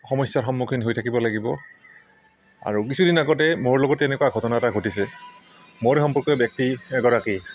সমস্যাৰ সন্মুখীন হৈ থাকিব লাগিব আৰু কিছুদিন আগতে মোৰ লগত তেনেকুৱা ঘটনা এটা ঘটিছে মোৰে সম্পৰ্কীয় ব্যক্তি এগৰাকী